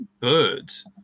birds